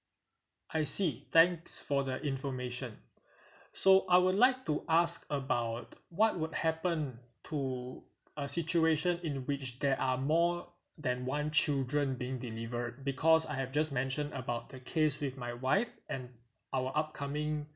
I see thanks for the information so I would like to ask about what would happen to a situation in which there are more than one children being delivered because I have just mention about the case with my wife and our upcoming